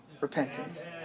repentance